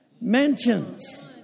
Mansions